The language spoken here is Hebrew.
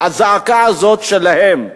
הזעקה הזאת שלהם,